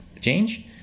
change